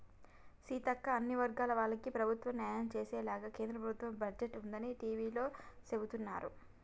సీతక్క అన్ని వర్గాల వాళ్లకి ప్రభుత్వం న్యాయం చేసేలాగానే కేంద్ర ప్రభుత్వ బడ్జెట్ ఉందని టివీలో సెబుతున్నారు